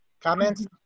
Comments